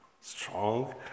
strong